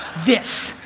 this.